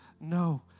No